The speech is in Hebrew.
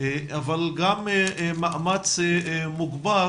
אבל גם מאמץ מוגבר